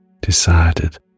decided